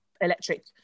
electric